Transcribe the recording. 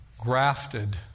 Grafted